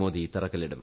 മോദി തറക്കല്ലിടും